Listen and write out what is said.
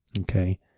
okay